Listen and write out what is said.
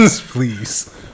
Please